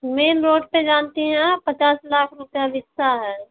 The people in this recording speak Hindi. में रोड में जानती हैं आप पचास लाख बिकता है